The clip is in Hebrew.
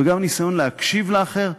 וגם ניסיון להקשיב לאחר.